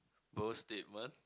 bold statement